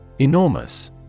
Enormous